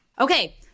Okay